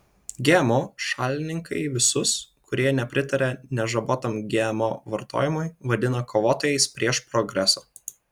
gmo šalininkai visus kurie nepritaria nežabotam gmo vartojimui vadina kovotojais prieš progresą